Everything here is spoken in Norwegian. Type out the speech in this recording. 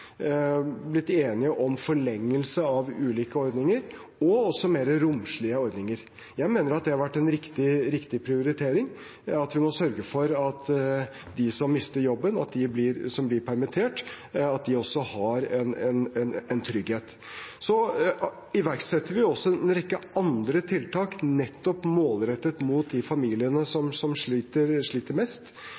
blitt enige om forlengelse av ulike ordninger og også mer romslige ordninger. Jeg mener at det har vært en riktig prioritering – at vi nå sørger for at de som mister jobben, og de som blir permittert, også har en trygghet. Vi iverksetter også en rekke andre tiltak nettopp målrettet mot de familiene som sliter mest,